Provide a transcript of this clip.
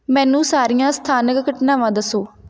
ਮੈਨੂੰ ਸਾਰੀਆਂ ਸਥਾਨਕ ਘਟਨਾਵਾਂ ਦੱਸੋ